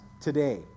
today